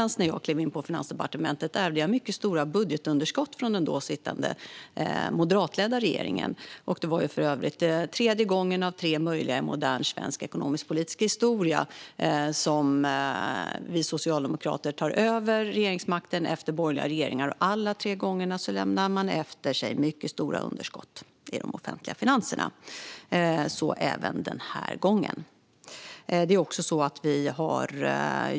När jag klev in på Finansdepartementet ärvde jag mycket stora budgetunderskott från den då sittande moderatledda regeringen. Det var för övrigt tredje gången i modern svensk ekonomisk-politisk historia som vi socialdemokrater tog över regeringsmakten efter borgerliga regeringar, och alla tre gångerna lämnade man efter sig mycket stora underskott i de offentliga finanserna, så även den här gången.